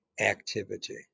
activity